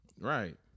Right